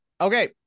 Okay